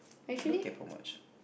I don't kaypo much